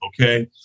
Okay